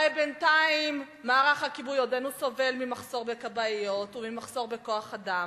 הרי בינתיים מערך הכיבוי עודנו סובל ממחסור בכבאיות וממחסור בכוח-אדם,